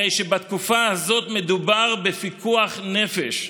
הרי שבתקופה הזאת מדובר בפיקוח נפש.